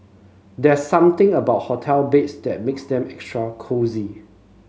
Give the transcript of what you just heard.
there's something about hotel beds that makes them extra cosy